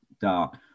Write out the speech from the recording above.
dark